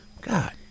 God